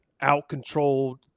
out-controlled